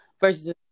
Versus